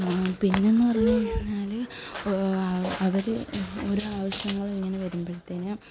പിന്നൊന്നു പറഞ്ഞാൽ അവർ ഓരാവശ്യങ്ങൾ ഇങ്ങനെ വരുമ്പോഴ്ത്തേന്